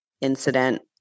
incident